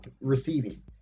receiving